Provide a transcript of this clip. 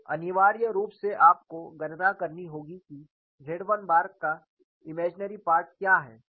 तो अनिवार्य रूप से आपको गणना करनी होगी कि Z 1 बार का काल्पनिक भाग क्या है